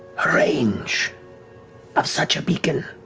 range of such a beacon,